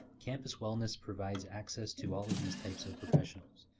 campus wellness provides access to all of these types of professionals.